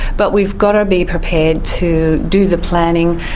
but we've got to be prepared to do the planning,